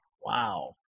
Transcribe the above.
wow